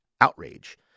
outrage